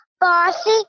bossy